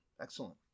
Excellent